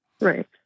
Right